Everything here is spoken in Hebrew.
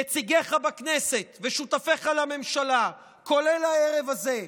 נציגיך בכנסת ושותפיך לממשלה, כולל הערב הזה,